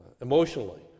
emotionally